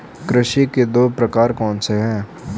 कृषि के दो प्रकार कौन से हैं?